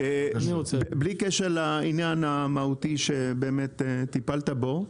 בלי קשר לעניין המהותי שטיפלת בו,